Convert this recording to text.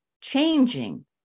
changing